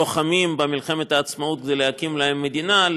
לוחמים במלחמת העצמאות כדי להקים להם מדינה,